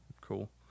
cool